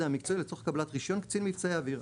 המקצועי לצורך קבלת רישיון קצין מבצעי אויר: